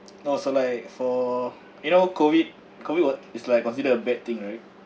no so like for you know COVID COVID what it's like consider a bad thing right